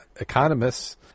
economists